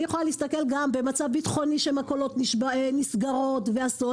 אני יכולה לדבר גם על מכולות שנסגרות בגלל מצב בטחוני בעייתי,